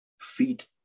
feet